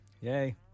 yay